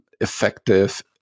effective